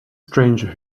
stranger